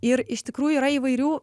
ir iš tikrųjų yra įvairių